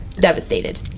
devastated